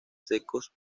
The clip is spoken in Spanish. secos